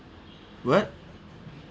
what